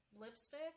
Lipstick